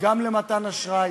גם למתן אשראי,